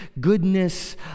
goodness